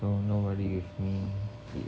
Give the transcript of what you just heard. so nobody eat with me